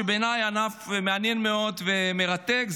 שבעיניי הוא ענף מעניין מאוד ומרתק,